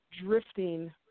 drifting